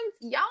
y'all